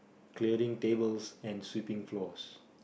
clearing tables and sweeping floors